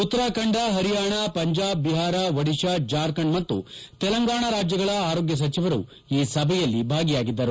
ಉತ್ತರಾಖಂಡ ಪರಿಯಾಣ ಪಂಜಾಬ್ ಬಿಹಾರ ಒಡಿತಾ ಜಾರ್ಖಂಡ್ ಮತ್ತು ತೆಲಂಗಾಣ ರಾಜ್ಗಳ ಆರೋಗ್ಯ ಸಚಿವರು ಈ ಸಭೆಯಲ್ಲಿ ಭಾಗಿಯಾಗಿದ್ದರು